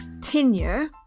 tenure